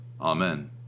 Amen